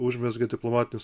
užmezgė diplomatinius